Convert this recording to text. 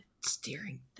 steering